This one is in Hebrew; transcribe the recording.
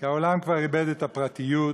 כי העולם כבר איבד את הפרטיות.